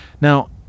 Now